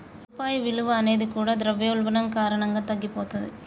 రూపాయి విలువ అనేది కూడా ద్రవ్యోల్బణం కారణంగా తగ్గిపోతది